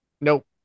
Nope